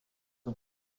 ans